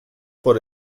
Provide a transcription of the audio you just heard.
por